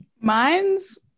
mine's